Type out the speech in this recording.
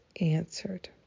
answered